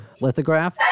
lithograph